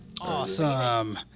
Awesome